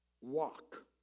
Walk